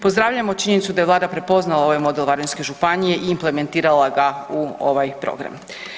Pozdravljamo činjenicu da je Vlada prepoznala ovaj model Varaždinske županije i implementirala ga u ovaj program.